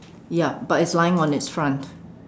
yup but it's lying on its front